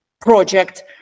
project